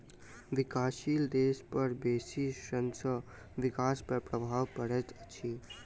विकासशील देश पर बेसी ऋण सॅ विकास पर प्रभाव पड़ैत अछि